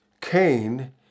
Cain